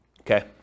Okay